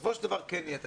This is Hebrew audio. שבסופו של דבר יהיה תקציב,